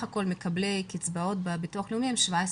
הכול מקבלי קצבאות בביטוח הלאומי הם 17%,